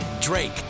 Drake